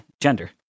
Gender